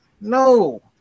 no